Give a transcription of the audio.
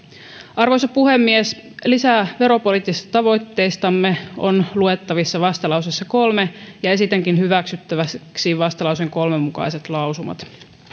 arvoisa puhemies lisää veropoliittisista tavoitteistamme on luettavissa vastalauseessa kolme ja esitänkin hyväksyttäväksi vastalauseen kolme mukaiset lausumat